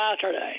Saturday